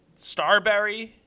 Starberry